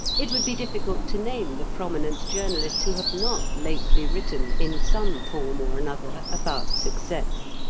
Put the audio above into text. it would be difficult to name the prominent journalists who have not lately written, in some form or another, about success.